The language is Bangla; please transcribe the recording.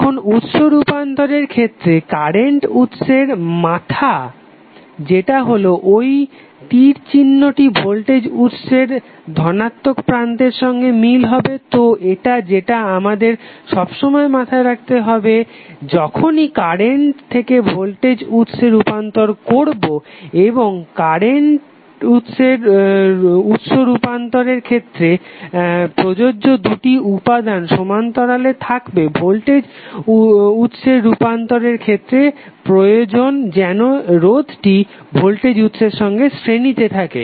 এখন উৎস রুপান্তরের ক্ষেত্রে কারেন্ট উৎসের মাথা যেটা হলো ওই তির চিহ্নটি ভোল্টেজ উৎসের ধনাত্মক প্রান্তের সঙ্গে মিল হবে তো এটা যেটা আমাদের সবসময়ে মাথায় রাখতে হবে যখনই কারেন্ট থেকে ভোল্টেজ উৎসে রূপান্তর করবো এবং কারেন্টের উৎসের উৎস রুপান্তরের ক্ষেত্রে প্রয়জঞ্জে দুটি উপাদান সমান্তরালে থাকবে ভোল্টেজ উৎসের উৎস রুপান্তরের ক্ষেত্রে প্রয়োজন যেন রোধটি ভোল্টেজ উৎসের সঙ্গে শ্রেণিতে থাকে